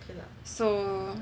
so